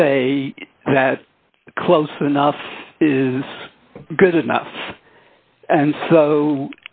say that close enough is good enough and so